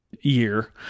year